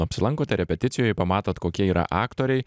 apsilankote repeticijoj pamatot kokia yra aktoriai